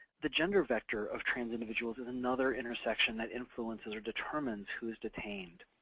the gender vector of trans individuals is another intersection that influences or determines who is detained.